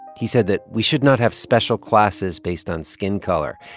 he said that we should not have special classes based on skin color.